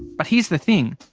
but here's the thing.